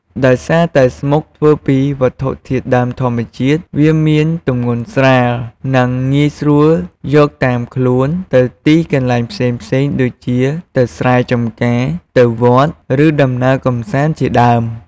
ដោយសារតែស្មុកធ្វើពីវត្ថុធាតុដើមធម្មជាតិ វាមានទម្ងន់ស្រាល និងងាយស្រួលយកតាមខ្លួនទៅទីកន្លែងផ្សេងៗដូចជា ទៅស្រែចំការ ទៅវត្ត ឬដំណើរកម្សាន្តជាដើម។